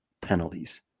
penalties